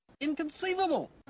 Inconceivable